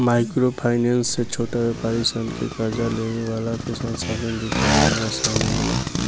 micro finance से छोट व्यापारी सन के कार्जा लेवे वाला के संसाधन जुटावे में आसानी होला